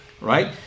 right